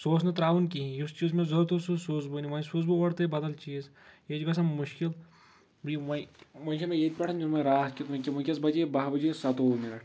سُہ اوس نہٕ تراوُن کِہینۍ یُس یُس مےٚ ضرورَت اوس سُہ سوٗزوٕے نہٕ وۄنۍ سوٗزوٕ اور تۄہہِ بدل چیٖز یہ چھُ گژھان مُشکِل وۄنۍ چھےٚ مےٚ ییٚتہِ پٮ۪ٹھن نیُن وۄنۍ راتھ کیُتھ وۄنکیہ ؤنٛکیٚس بَجے باہ بجے سَتووُہ مِنٹ